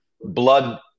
blood